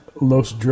Los